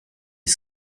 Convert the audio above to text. est